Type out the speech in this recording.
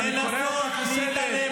אתה תתפטר.